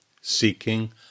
seeking